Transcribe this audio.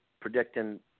predicting